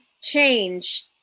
change